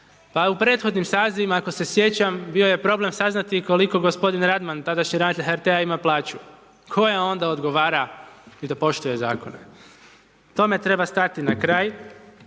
Pa u prethodnim sazivima ako se sjećam bio je problem saznati koliko gospodin Radman tadašnji ravnatelj HRT-a ima plaću. Tko je on da odgovara i da poštuje zakone? Tome treba stati na kraj,